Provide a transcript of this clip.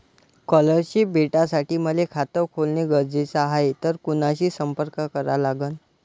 Scholarship भेटासाठी मले खात खोलने गरजेचे हाय तर कुणाशी संपर्क करा लागन?